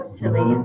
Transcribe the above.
silly